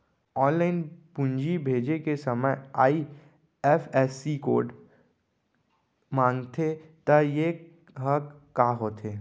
Online पूंजी भेजे के समय आई.एफ.एस.सी कोड माँगथे त ये ह का होथे?